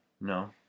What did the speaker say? No